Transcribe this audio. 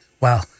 Wow